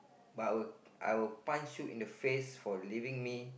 but I will I will punch you in the face for leaving me